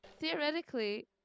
theoretically